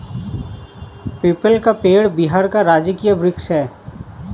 people का पेड़ बिहार का राजकीय वृक्ष है